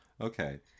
Okay